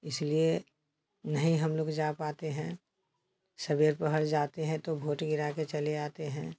इसलिए नहीं हम लोग जा पाते हैं सबेरे पहर जाते हैं तो भोट गिरा के चले आते हैं